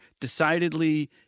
decidedly